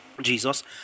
Jesus